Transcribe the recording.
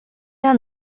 down